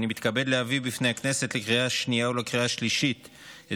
אני מתכבד להביא בפני הכנסת לקריאה השנייה ולקריאה השלישית את